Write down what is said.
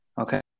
okay